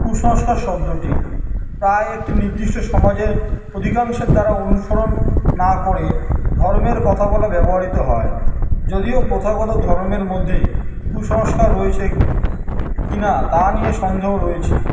কুসংস্কার শব্দটি প্রায় একটি নির্দিষ্ট সমাজে অধিকাংশের দ্বারা অনুসরণ না করে ধর্মের কথা বলা ব্যবহারিত হয় যদিও প্রথাগত ধরমের মধ্যেই কুসংস্কার রয়েছে কিনা তা নিয়ে সন্দেহ রয়েছে